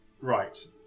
right